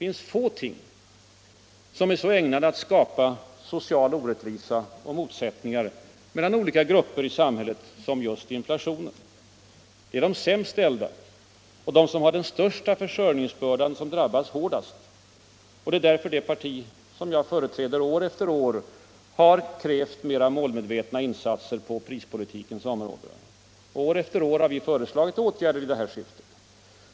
Få ting är så ägnade att skapa social orättvisa och motsättningar mellan olika grupper i samhället som just inflationen. Det är de sämst ställda och de som har den största försörjningsbördan som drabbas hårdast. Det är därför det parti som jag företräder år efter år krävt mera målmedvetna insatser på prispolitikens område. År efter år har vi föreslagit åtgärder i det syftet.